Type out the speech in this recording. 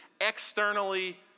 externally